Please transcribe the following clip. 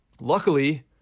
Luckily